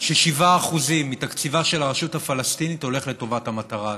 ש-7% מתקציבה של הרשות הפלסטינית הולך לטובת המטרה הזאת,